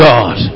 God